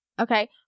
Okay